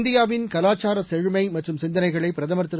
இந்தியாவின் கலாச்சார செழுமை மற்றும் சிந்தனைகளை பிரதமர் திரு